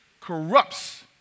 corrupts